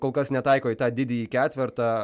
kol kas netaiko į tą didįjį ketvertą